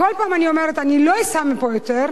כל פעם אני אומרת שאני לא אסע פה יותר,